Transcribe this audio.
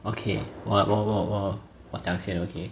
okay 我我我我我讲先 okay